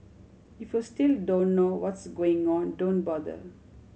if you still don't know what's going on don't bother